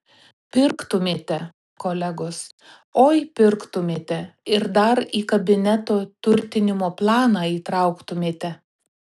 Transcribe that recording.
pirktumėte kolegos oi pirktumėte ir dar į kabineto turtinimo planą įtrauktumėte